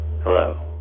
Hello